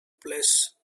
place